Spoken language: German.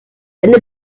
ende